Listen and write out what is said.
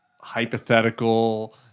hypothetical